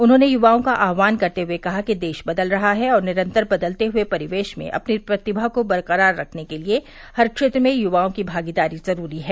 उन्होंने युवाओं का आह्वान करते हुए कहा कि देश बदल रहा है और निरन्तर बदलते हुए परिवेश में अपनी प्रतिभा को बरकरार रखने के लिये हर क्षेत्र में युवाओं की भागीदारी ज़रूरी है